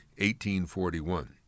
1841